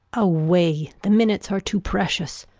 away, the minutes are too precious.